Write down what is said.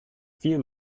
viel